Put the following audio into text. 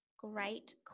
great